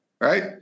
right